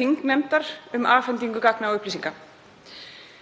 þingnefndar um afhendingu gagna og upplýsinga.